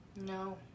No